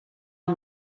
him